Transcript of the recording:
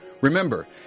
Remember